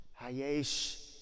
hayesh